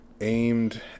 aimed